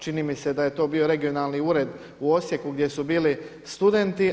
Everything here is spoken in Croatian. Čini mi se da je to bio regionalni ured u Osijeku gdje su bili studenti.